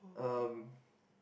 um